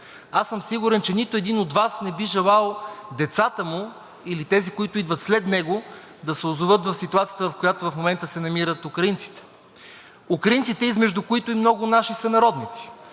аз съм сигурен, че нито един от Вас не би желал децата му или тези, които идват след него, да се озоват в ситуацията, в която в момента се намират украинците – украинците, измежду които и много наши сънародници,